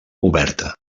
oberta